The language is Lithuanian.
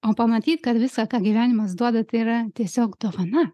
o pamatyt kad visa ką gyvenimas duoda tai yra tiesiog dovana